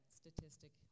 statistic